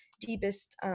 deepest